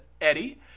Eddie